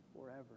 forever